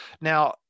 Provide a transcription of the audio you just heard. now